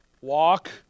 walk